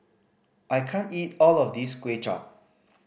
I can't eat all of this Kuay Chap